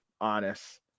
honest